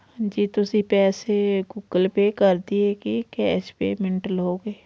ਜੀ ਤੁਸੀਂ ਪੈਸੇ ਗੂਗਲ ਪੇਅ ਕਰ ਦੀਏ ਕਿ ਕੈਸ਼ ਪੇਮੈਂਟ ਲਓਗੇ